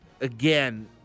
Again